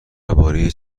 درباره